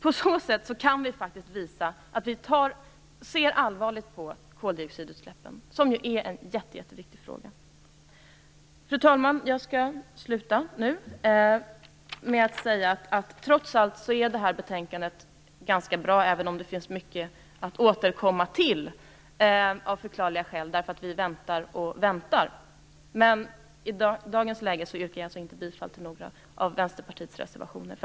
På så sätt kan vi visa att vi ser allvarligt på koldioxidutsläppen. Fru talman! Jag skall avsluta med att säga att detta betänkande trots allt är ganska bra, även om det av förklarliga skäl finns mycket att återkomma till. Vi väntar och väntar. Men för att vinna tid i kammaren yrkar jag i dagens läge inte bifall till några av Vänsterpartiets reservationer.